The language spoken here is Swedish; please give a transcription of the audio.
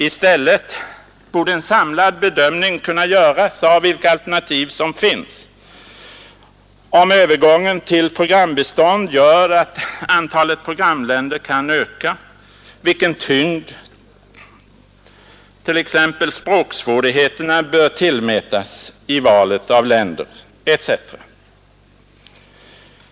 I stället borde en samlad bedömning kunna göras av vilka alternativ som finns, om övergången till programbistånd gör att antalet programländer kan öka, vilken tyngd språksvårigheterna bör tillmätas i valet av länder etc.